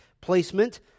placement